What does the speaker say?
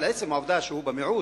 אבל עצם העובדה שהוא במיעוט,